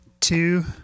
two